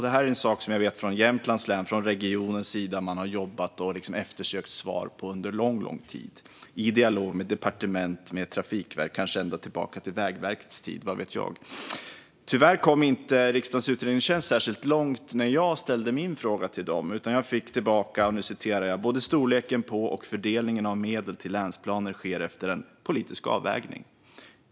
Jag vet att regionen i Jämtland under lång tid har sökt svar på det i dialog med departement, Trafikverket, kanske ända tillbaka till Vägverkets tid, vad vet jag. Tyvärr kom inte riksdagens utredningstjänst särskilt långt med min fråga. Det svar jag fick tillbaka var att "både storleken på och fördelningen av medel till länsplaner sker efter politisk avvägning.